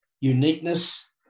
uniqueness